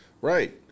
Right